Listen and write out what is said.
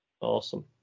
Awesome